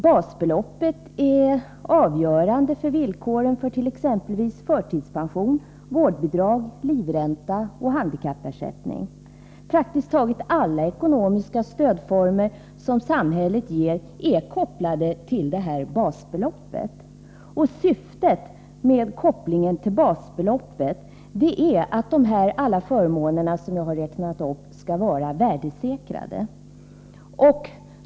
Basbeloppet är avgörande för villkoren för t.ex. förtidspension, vårdbidrag, livränta och handikappersättning. Praktiskt taget alla ekonomiska stödformer som samhället ger är kopplade till basbeloppet. Syftet med kopplingen till basbeloppet är att alla dessa förmåner som jag räknat upp skall vara värdesäkrade.